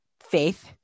faith